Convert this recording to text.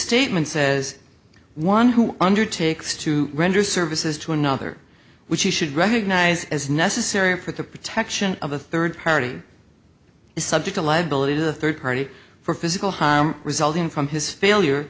restatement says one who undertakes to render services to another which he should recognise as necessary for the protection of a third party is subject a liability to the third party for physical harm resulting from his failure